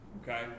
Okay